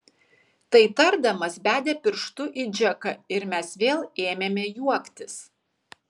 tai tardamas bedė pirštu į džeką ir mes vėl ėmėme juoktis